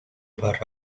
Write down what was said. borough